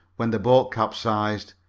when the boat capsized,